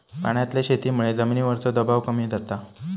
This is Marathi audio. पाण्यातल्या शेतीमुळे जमिनीवरचो दबाव कमी जाता